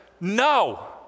no